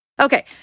Okay